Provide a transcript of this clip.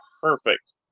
perfect